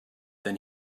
than